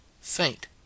faint